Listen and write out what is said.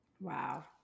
Wow